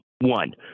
One